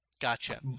Gotcha